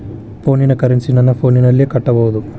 ಫೋನಿನ ಕರೆನ್ಸಿ ನನ್ನ ಫೋನಿನಲ್ಲೇ ಕಟ್ಟಬಹುದು?